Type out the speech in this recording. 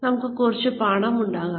ഇവിടെ നമുക്ക് കുറച്ച് പണമുണ്ടാകാം